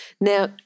Now